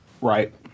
right